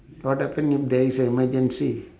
what happen if there's an emergency